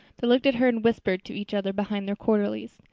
they looked at her and whispered to each other behind their quarterlies.